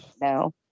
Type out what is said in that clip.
No